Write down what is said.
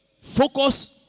focus